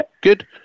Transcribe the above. Good